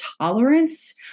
tolerance